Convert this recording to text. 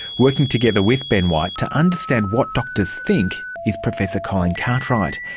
working together with ben white to understand what doctors think is professor colleen cartwright,